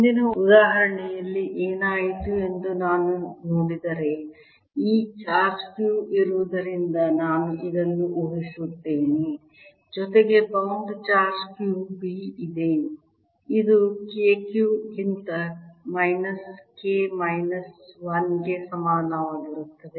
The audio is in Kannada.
ಹಿಂದಿನ ಉದಾಹರಣೆಯಲ್ಲಿ ಏನಾಯಿತು ಎಂದು ನಾನು ನೋಡಿದರೆ ಈ ಚಾರ್ಜ್ Q ಇರುವುದರಿಂದ ನಾನು ಇದನ್ನು ಊಹಿಸುತ್ತೇನೆ ಜೊತೆಗೆ ಬೌಂಡ್ ಚಾರ್ಜ್ Q b ಇದೆ ಇದು K Q ಗಿಂತ ಮೈನಸ್ K ಮೈನಸ್ 1 ಗೆ ಸಮಾನವಾಗಿರುತ್ತದೆ